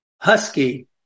husky